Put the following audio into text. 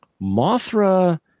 Mothra